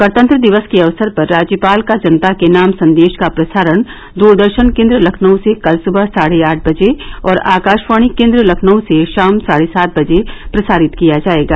गणतंत्र दिवस के अवसर पर राज्यपाल का जनता के नाम संदेश का प्रसारण दूरदर्शन केन्द्र लखनऊ से कल सुबह साढे आठ बजे और आकाशवाणी केन्द्र लखनऊ से शाम साढ़े सात बजे प्रसारित किया जायेगा